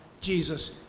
Jesus